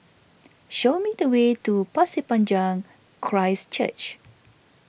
show me the way to Pasir Panjang Christ Church